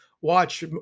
watch